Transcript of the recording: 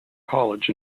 college